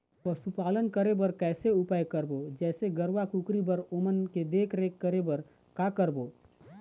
पशुपालन करें बर कैसे उपाय करबो, जैसे गरवा, कुकरी बर ओमन के देख देख रेख करें बर का करबो?